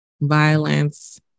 violence